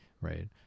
right